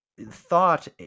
Thought